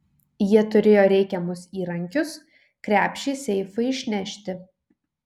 jie turėjo reikiamus įrankius krepšį seifui išnešti